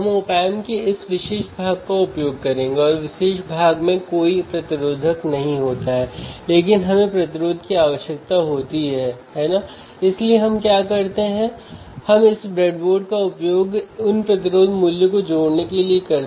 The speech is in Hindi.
तालिका में देखे गए लाभ की गणना करें और सैद्धांतिक लाभ के साथ तुलना करें